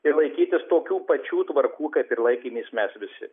ir laikytis tokių pačių tvarkų kaip ir laikėmės mes visi